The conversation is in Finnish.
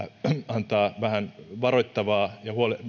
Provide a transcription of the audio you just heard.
antaa vähän varoittavaa